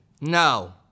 No